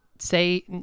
say